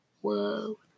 Whoa